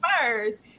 first